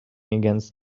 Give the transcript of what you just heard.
against